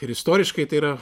ir istoriškai tai yra